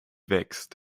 wächst